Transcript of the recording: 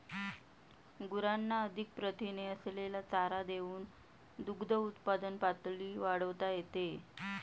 गुरांना अधिक प्रथिने असलेला चारा देऊन दुग्धउत्पादन पातळी वाढवता येते